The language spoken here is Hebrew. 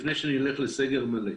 לפני שנלך להסגר מלא.